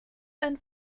ein